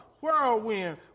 whirlwind